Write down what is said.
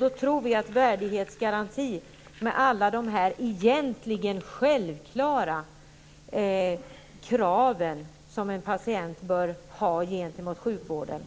Vi tror att värdighetsgarantin, med alla de egentligen självklara kraven som en patient bör kunna ställa gentemot sjukvården,